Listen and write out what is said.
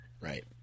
Right